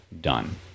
done